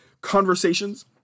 conversations